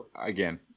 again